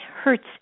hurts